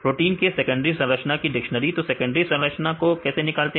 protein के secondary संरचना की डिक्शनरी तो सेकेंडरी संरचना को कैसे निकालते हैं